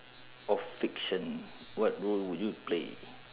of fiction what role would you play